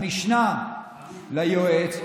המשנה ליועץ,